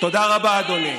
תודה רבה, אדוני.